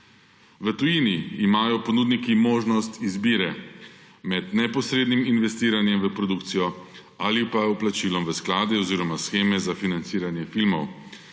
V tujini imajo ponudniki možnost izbire med neposrednim investiranjem v produkcijo ali pa vplačilom v sklade oziroma sheme za financiranje filmov.